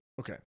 Okay